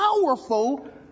Powerful